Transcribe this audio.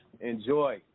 Enjoy